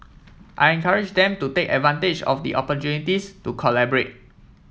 I encourage them to take advantage of the opportunities to collaborate